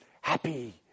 Happy